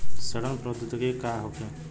सड़न प्रधौगिकी का होखे?